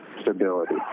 stability